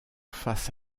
face